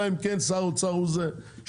אלא אם כן שר האוצר הוא זה שיקבע.